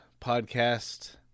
podcast